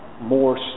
more